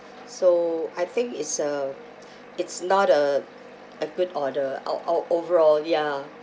so I think it's a it's not a a good order o~ o~ overall ya